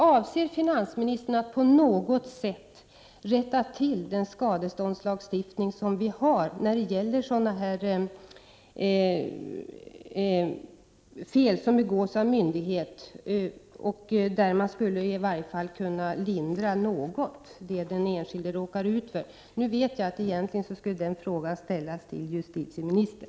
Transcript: Avser finansministern att på något sätt rätta till den nuvarande skadeståndslagstiftningen när det gäller fel som begås av myndighet och där man i varje fall något borde kunna lindra den skada som den enskilde råkar ut för?